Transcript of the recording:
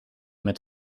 met